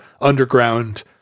underground